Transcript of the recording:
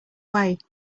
way